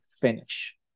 finish